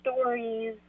stories